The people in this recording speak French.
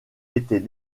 était